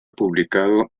publicado